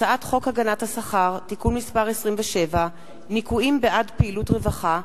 הצעת חוק הגנת השכר (תיקון מס' 27) (ניכויים בעד פעילות רווחה),